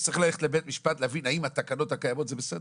אז צריך ללכת לבית משפט להבין האם התקנות הקיימות הן בסדר?